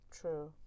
True